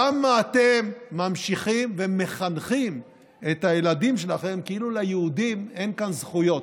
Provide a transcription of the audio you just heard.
למה אתם ממשיכים ומחנכים את הילדים שלכם כאילו ליהודים אין כאן זכויות?